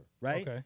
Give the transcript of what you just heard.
right